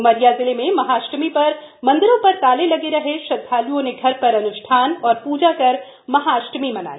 उमरिया जिले में महाअष्टमी पर मंदिरों पर ताले लगे रहे श्रद्धाल्ओं ने घर पर अन्ष्ठान और पूजा कर महाअष्टमी मनाई